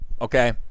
okay